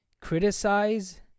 Criticize